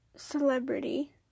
celebrity